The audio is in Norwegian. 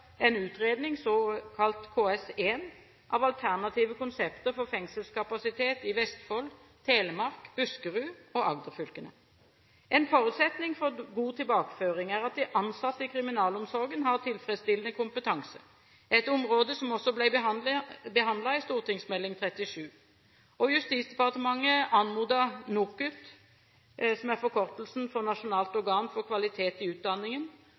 en utredning, såkalt KS1, av alternative konsepter for fengselskapasitet i Vestfold, Telemark, Buskerud og Agderfylkene. En forutsetning for god tilbakeføring er at de ansatte i kriminalomsorgen har tilfredsstillende kompetanse, et område som også ble behandlet i St.meld. nr. 37. Justisdepartementet anmodet NOKUT, som er forkortelsen for Nasjonalt organ for kvalitet i utdanningen,